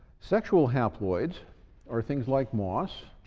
sexual haploids are things like moss,